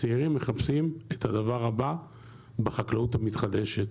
הצעירים מחפשים את הדבר הבא בחקלאות המתחדשת.